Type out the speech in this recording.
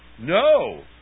No